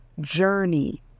journey